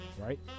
Right